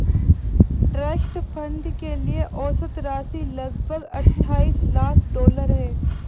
trust fund के लिए औसत राशि लगभग अट्ठाईस लाख डॉलर है